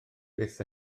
fyth